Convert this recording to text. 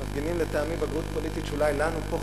מפגינים לטעמי בגרות פוליטית שאולי לנו פה,